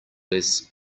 less